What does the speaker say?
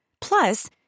Plus